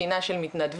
תקינה של מתנדבים,